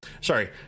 Sorry